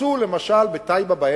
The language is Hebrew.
שהרסו למשל בטייבה,